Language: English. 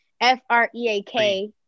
F-R-E-A-K